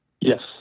Yes